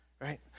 right